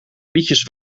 liedjes